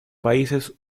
países